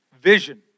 vision